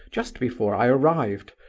just before i arrived,